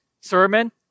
sermon